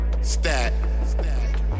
Stat